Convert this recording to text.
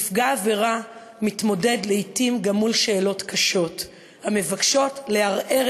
נפגע עבירה מתמודד לעתים גם עם שאלות קשות המבקשות לערער